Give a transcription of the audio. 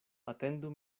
atendu